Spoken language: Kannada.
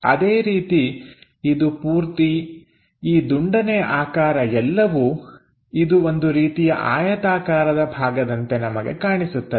ಅದೇ ರೀತಿಇದು ಪೂರ್ತಿ ಈ ದುಂಡನೆಯ ಆಕಾರ ಎಲ್ಲವೂ ಇದು ಒಂದು ರೀತಿಯ ಆಯತಾಕಾರದ ಭಾಗದಂತೆ ನಮಗೆ ಕಾಣಿಸುತ್ತದೆ